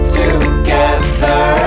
together